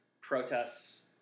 protests